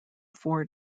four